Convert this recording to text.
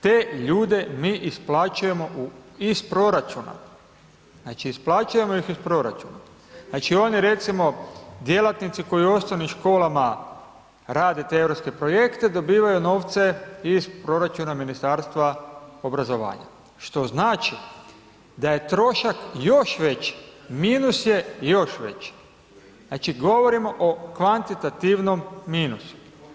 Te ljude mi isplaćujemo iz proračuna, znači, isplaćujemo ih iz proračuna, znači, oni recimo djelatnici koji u osnovnim školama rade te europske projekte, dobivaju novce iz proračuna Ministarstva obrazovanja, što znači da je trošak još veći, minus je još veći, znači, govorimo o kvantitativnom minusu.